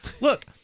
Look